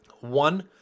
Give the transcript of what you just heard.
One